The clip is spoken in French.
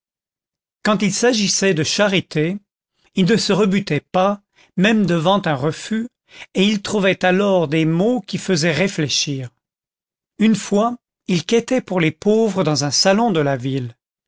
quand il s'agissait de charité il ne se rebutait pas même devant un refus et il trouvait alors des mots qui faisaient réfléchir une fois il quêtait pour les pauvres dans un salon de la ville